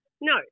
No